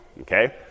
Okay